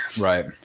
Right